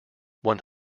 one